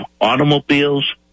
automobiles